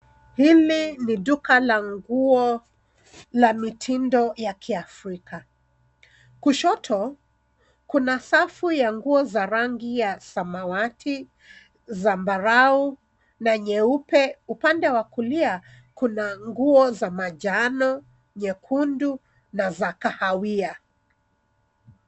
Hili ni duka la nguo la mitindo ya kiafrika. Kushoto, kuna rafu ya nguo za rangi ya samawati, zambarau na nyeupe. Upande wa kulia, kuna nguo za manjano, nyekundu na za kahawia.